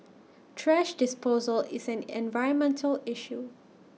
thrash disposal is an environmental issue